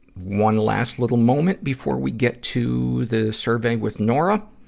one last little moment before we get to the survey with nora.